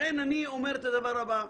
לכן אני אומר את הדבר הבא: